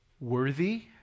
worthy